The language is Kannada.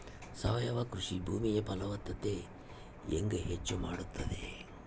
ಸಾವಯವ ಕೃಷಿ ಭೂಮಿಯ ಫಲವತ್ತತೆ ಹೆಂಗೆ ಹೆಚ್ಚು ಮಾಡುತ್ತದೆ?